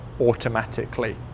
automatically